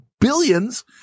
billions